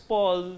Paul